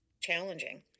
challenging